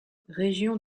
région